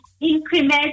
increment